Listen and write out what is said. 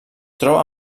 troba